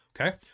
Okay